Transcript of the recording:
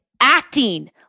acting